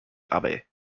abe